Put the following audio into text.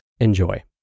enjoy